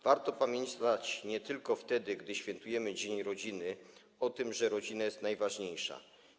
Warto pamiętać nie tylko wtedy, gdy świętujemy dzień rodziny, o tym, że rodzina jest najważniejsza.